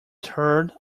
third